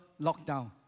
lockdown